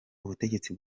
ubutegetsi